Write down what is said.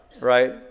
right